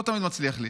לא תמיד מצליח לי.